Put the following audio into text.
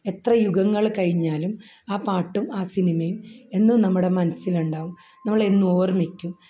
എത്ര യുഗങ്ങൾ കഴിഞ്ഞാലും ആ പാട്ടും ആ സിനിമയും എന്നും നമ്മുടെ മനസ്സിലുണ്ടാകും നമ്മളെന്നും ഓർമ്മിക്കും